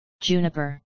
Juniper